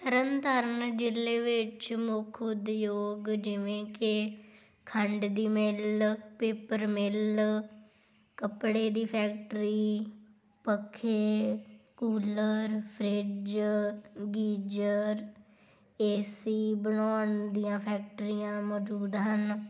ਤਰਨ ਤਾਰਨ ਜ਼ਿਲ੍ਹੇ ਵਿੱਚ ਮੁੱਖ ਉਦਯੋਗ ਜਿਵੇਂ ਕਿ ਖੰਡ ਦੀ ਮਿੱਲ ਪੇਪਰ ਮਿੱਲ ਕੱਪੜੇ ਦੀ ਫੈਕਟਰੀ ਪੱਖੇ cooler fridge geyser A C ਬਣਾਉਣ ਦੀਆਂ ਫੈਕਟਰੀਆਂ ਮੌਜੂਦ ਹਨ